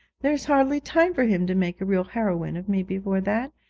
there's hardly time for him to make a real heroine of me before that.